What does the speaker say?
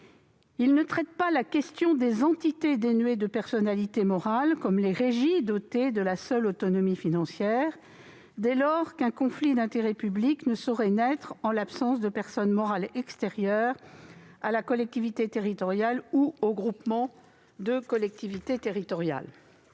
ne vise pas la situation des entités dénuées de personnalité morale, comme les régies dotées de la seule autonomie financière, dès lors qu'un conflit d'intérêts ne saurait naître en l'absence de personne morale extérieure à la collectivité territoriale ou au groupement de collectivités territoriales.